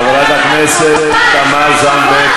חברת הכנסת תמר זנדברג.